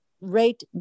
rate